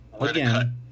again